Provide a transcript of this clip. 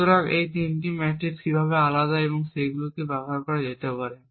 সুতরাং এই তিনটি মেট্রিক্স কীভাবে আলাদা এবং কীভাবে সেগুলি ব্যবহার করা যেতে পারে